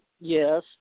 Yes